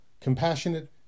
compassionate